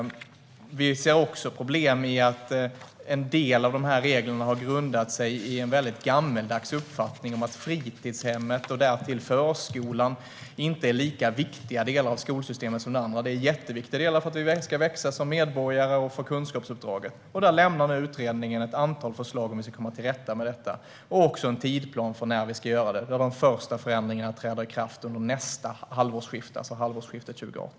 Dels ser vi problem i att en del av reglerna har grundat sig i en väldigt gammaldags uppfattning om att fritidshemmet, och därtill förskolan, inte är lika viktiga delar av skolsystemet som de andra. De är jätteviktiga delar för att vi ska växa som medborgare och för kunskapsuppdraget. Utredningen lämnar nu ett antal förslag om hur vi ska komma till rätta med detta, liksom en tidsplan för när vi ska göra det. De första förändringarna träder i kraft under nästa halvårsskifte, det vill säga halvårsskiftet 2018.